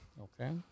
Okay